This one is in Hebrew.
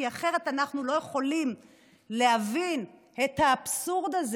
כי אחרת אנחנו לא יכולים להבין את האבסורד הזה.